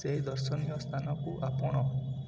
ସେହି ଦର୍ଶନୀୟ ସ୍ଥାନକୁ ଆପଣ